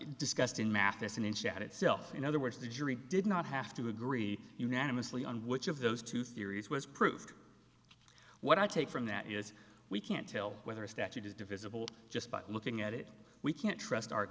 discussed in mathison in chat itself in other words the jury did not have to agree unanimously on which of those two theories was proved what i take from that is we can't tell whether a statute is divisible just by looking at it we can't trust our